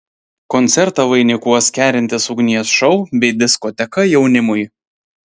koncertą vainikuos kerintis ugnies šou bei diskoteka jaunimui